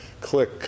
click